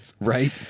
Right